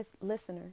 listener